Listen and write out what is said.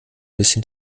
bisschen